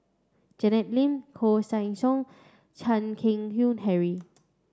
Janet Lim Koeh Sia Yong Chan Keng Howe Harry